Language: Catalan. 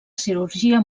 cirurgia